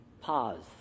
Pause